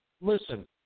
listen